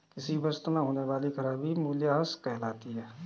किसी वस्तु में होने वाली खराबी मूल्यह्रास कहलाती है